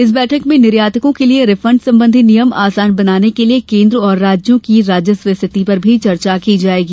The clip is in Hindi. इस बैठक में निर्यातकों के लिए रिफंड संबंधी नियम आसान बनाने के लिये केन्द्र और राज्यों की राजस्व स्थिति पर भी चर्चा की जायेगी